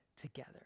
together